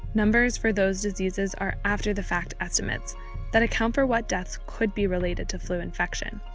numbers for those diseases are after-the-fact estimates that account for what deaths could be related to flu infection.